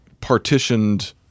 partitioned